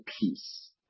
peace